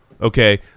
okay